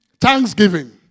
Thanksgiving